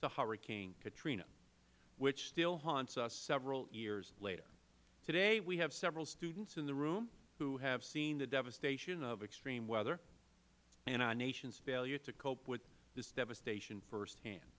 hurricane katrina which still haunts us several years later today we have several students in the room who have seen the devastation of extreme weather and our nation's failure to cope with this devastation firsthand